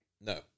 no